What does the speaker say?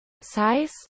Size